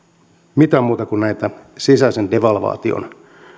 mitään muuta kuin näitä sisäisen devalvaation